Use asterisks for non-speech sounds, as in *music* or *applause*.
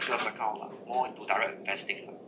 *noise* account lah more into direct investing lah